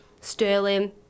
Sterling